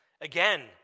Again